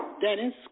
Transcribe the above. Dennis